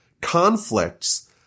conflicts